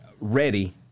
ready